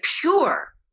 pure